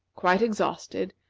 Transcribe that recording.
quite exhausted,